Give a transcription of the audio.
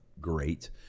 great